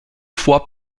fois